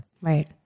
Right